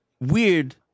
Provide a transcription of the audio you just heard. weird